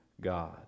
God